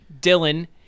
Dylan